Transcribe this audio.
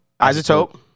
Isotope